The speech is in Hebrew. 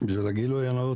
בשביל הגילוי הנאות,